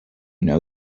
know